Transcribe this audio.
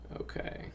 okay